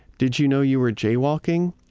did you know you were jaywalking.